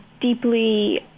deeply